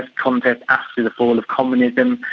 and contest after the fall and of communism,